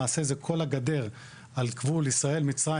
למעשה זה כל הגדר על גבול ישראל-מצרים,